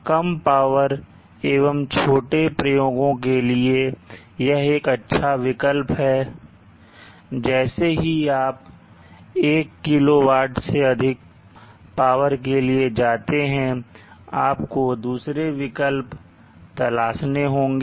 कम power एवं छोटे प्रयोगों के लिए यह एक अच्छा विकल्प है पर जैसे ही आप 1 किलो वाट से अधिक पावर के लिए जाते हैं आपको दूसरे विकल्प तलाशने होंगे